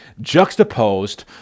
juxtaposed